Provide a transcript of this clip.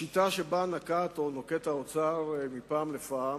השיטה שנקט, או נוקט, האוצר מפעם לפעם,